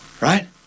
Right